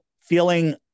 feeling